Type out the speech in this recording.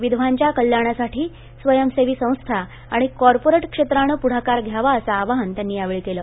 विधवांच्या कल्याणासाठी स्वयंसेवी संस्था आणि कॉर्पोरेट क्षेत्रानं पुढाकार घ्यावा असं आवाहन त्यांनी यावेळी केलं